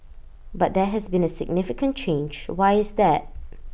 but there has been A significant change why is that